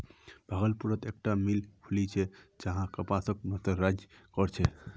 भागलपुरत एकता मिल खुलील छ जहां कपासक मर्सराइज कर छेक